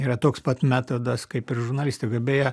yra toks pat metodas kaip ir žurnalistikoj beje